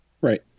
Right